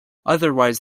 otherwise